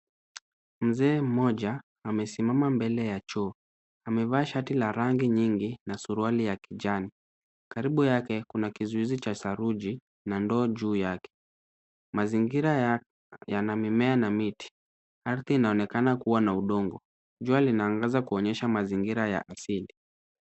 Mzee mmoja amesimama mbele ya choo. Amevaa shati la rangi nyingi na suruali ya kijani. Karibu yake kuna kizuizi cha saruji na ndoo juu yake. Mazingira yana mimea na miti. Ardhi inaonekana kuwa na udongo. Jua linaangaza kuonyesha mazingira ya asili.